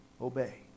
obey